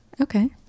Okay